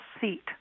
seat